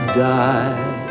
die